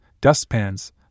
dustpans